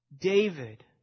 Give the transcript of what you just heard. David